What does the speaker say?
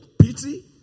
pity